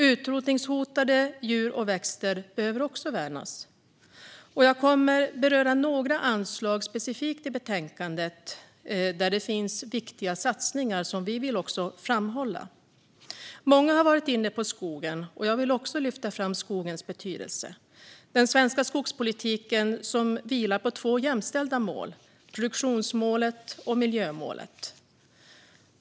Utrotningshotade djur och växter behöver också värnas. Jag kommer specifikt att beröra några anslag i betänkandet där det finns viktiga satsningar som vi vill framhålla. Många har varit inne på skogen, och jag vill också lyfta fram skogens betydelse. Den svenska skogspolitiken vilar på två jämställda mål, produktionsmålet och miljömålet.